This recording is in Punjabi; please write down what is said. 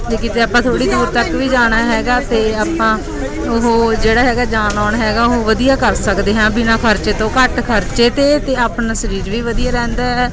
ਜੇ ਕਿਤੇ ਆਪਾਂ ਥੋੜ੍ਹੀ ਦੂਰ ਤੱਕ ਵੀ ਜਾਣਾ ਹੈਗਾ ਅਤੇ ਆਪਾਂ ਉਹ ਜਿਹੜਾ ਹੈਗਾ ਜਾਣ ਆਉਣ ਹੈਗਾ ਉਹ ਵਧੀਆ ਕਰ ਸਕਦੇ ਹਾਂ ਬਿਨਾਂ ਖਰਚੇ ਤੋਂ ਘੱਟ ਖਰਚੇ 'ਤੇ ਅਤੇ ਆਪਣਾ ਸਰੀਰ ਵੀ ਵਧੀਆ ਰਹਿੰਦਾ ਹੈ